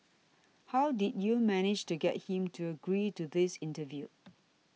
how did you manage to get him to agree to this interview